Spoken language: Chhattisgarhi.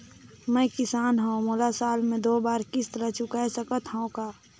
मैं किसान हव मोला साल मे दो बार किस्त ल चुकाय सकत हव का?